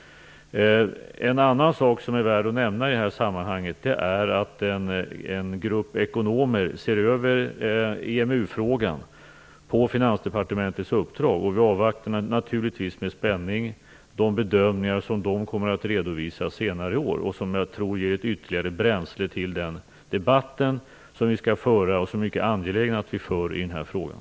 En annan sak som det är värt att nämna i det här sammanhanget är att en grupp ekonomer ser över EMU-frågan på Finansdepartementets uppdrag. Vi avvaktar naturligtvis med spänning de bedömningar som de kommer att redovisa senare i år och som jag tror ger ytterligare bränsle till den debatt som vi skall föra och som det är mycket angeläget att vi för i den här frågan.